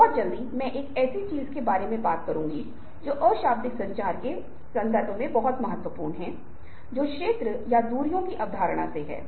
इसलिए भले ही पसंद करने का भ्रम कम से कम समय के लिए बना हो क्योंकि हमने हेरफेर के संदर्भ में चर्चा की थी कि पसंद करने वाले तत्व को पसंद करना होगा